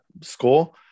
score